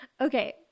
okay